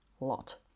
lot